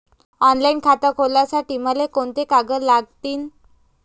Online खातं खोलासाठी मले कोंते कागद लागतील?